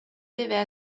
deve